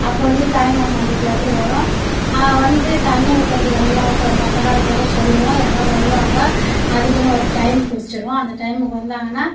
அப்போ வந்து தாய்மாமா வீட்டுலேருந்து வரும் வந்து தண்ணி ஊற்றுறத்துக்கு எல்லா சொந்தக்காரர்களுக்கும் சொல்லுவோம் எல்லா வருவாங்க அதுக்கெனு ஒரு டைம் குறிச்சுருவோம் அந்த டைமுக்கு வந்தாங்கனால்